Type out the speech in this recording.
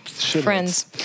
Friends